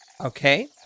Okay